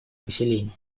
поселений